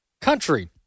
country